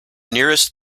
nearest